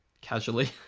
casually